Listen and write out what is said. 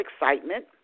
excitement